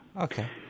Okay